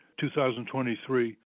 2023